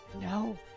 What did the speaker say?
no